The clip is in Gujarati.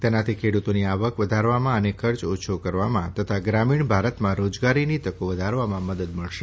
તેનાથી ખેડુતોની આવક વધારવામાં અને ખર્ચ ઓછો કરવામાં તથા ગ્રામીણ ભારતમાં રોજગારીની તકો વધારવામાં મદદ મળશે